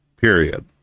period